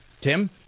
Tim